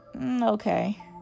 okay